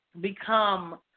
become